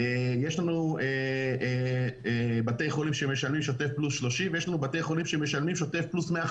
יש לנו בתי חולים שמשלמים שוטף פלוס 30,